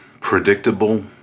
predictable